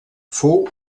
fou